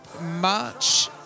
March